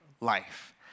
life